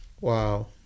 wow